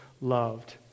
loved